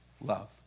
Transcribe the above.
love